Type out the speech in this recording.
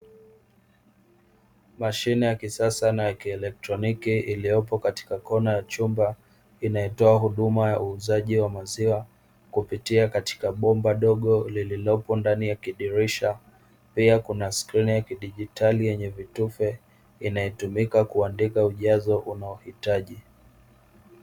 Mashine ya kisasa na ya kielektroniki iliyopo katika kona ya chumba inayotoa huduma ya uuzaji wa maziwa kupitia katika bomba dogo lililopo ndani ya kidirisha, pia kuna skrini ya kidijitali yenye vitufe inayotumika kuandika ujazo unaohitaji.